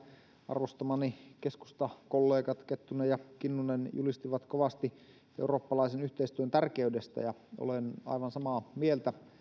arvostamani keskustakollegat kettunen ja kinnunen julistivat kovasti eurooppalaisen yhteistyön tärkeydestä ja olen aivan samaa mieltä